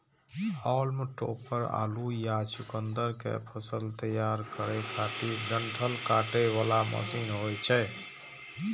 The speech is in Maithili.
हाल्म टॉपर आलू या चुकुंदर के फसल तैयार करै खातिर डंठल काटे बला मशीन होइ छै